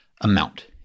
amount